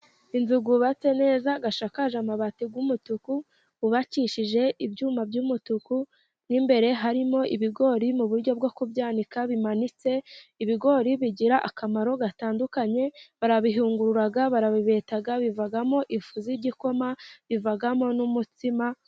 Inzu yubatse neza isakakaje amabati y'umutuku yubakishije ibyuma by'umutuku, n'imbere harimo ibigori mu buryo bwo kubika bimanitse, ibigori bigira akamaro gatandukanye, barabihunguraga, barabibetaga bivagamo ifu z'igikoma bivagamo n'umutsima.